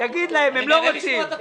תגיד להם שהם לא רוצים.